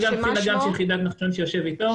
וגם קצין אג"מ של יחידת נחשון שיושב איתו.